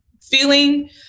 feeling